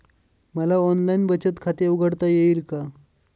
मला ऑनलाइन बचत खाते उघडता येईल का?